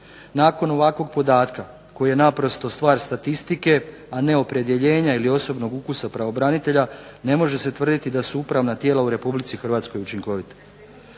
Nakon ovakvog podatka koji je naprosto stvar statistike, a ne opredjeljenja ili osobnog ukusa pravobranitelja, ne može se tvrditi da su upravna tijela u RH učinkovita.